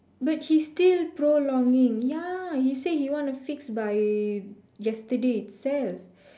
but he still prolonging ya he say he want to fix by yesterday itself